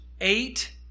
eight